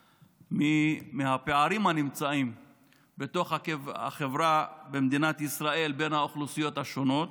מהפערים בתוך החברה במדינת ישראל בין האוכלוסיות השונות.